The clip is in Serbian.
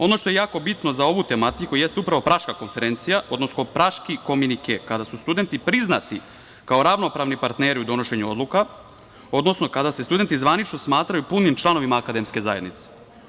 Ono što je jako bitno za ovu tematiku jeste upravo Praška konferencija, odnosno Praški kominike, kada su studenti priznati kao ravnopravni partneri u donošenju odluka, odnosno kada se studenti zvanično smatraju punim članovima akademske zajednice.